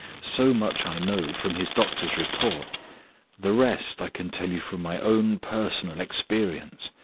so much i know from his doctor's report the rest i can tell you from my own personal experience.